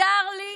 צר לי,